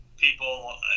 people